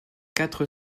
quatre